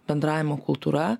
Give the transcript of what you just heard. bendravimo kultūra